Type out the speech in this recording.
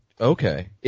Okay